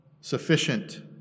sufficient